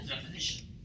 definition